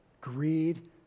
greed